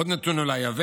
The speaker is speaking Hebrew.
עוד נתון שהוא אולי יבש,